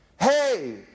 Hey